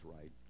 right